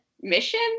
mission